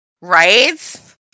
Right